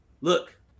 Look